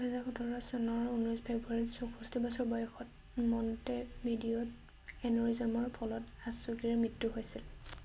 দুহেজাৰ সোতৰ চনৰ ঊনৈছ ফেব্ৰুৱাৰীত চৌষষ্ঠি বছৰ বয়সত মণ্টেভিডিঅ'ত এনুৰিজমৰ ফলত আচুগেৰীৰ মৃত্যু হৈছিল